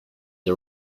the